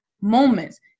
moments